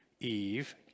Eve